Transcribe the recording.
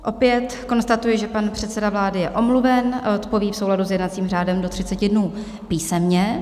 Opět konstatuji, že pan předseda vlády je omluven, odpoví v souladu s jednacím řádem do 30 dnů písemně.